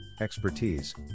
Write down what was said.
expertise